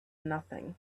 nothing